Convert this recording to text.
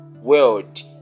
world